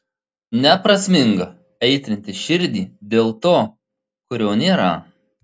neprasminga aitrinti širdį dėl to kurio nėra